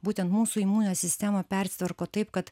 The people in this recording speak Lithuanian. būtent mūsų imuninė sistema persitvarko taip kad